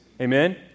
Amen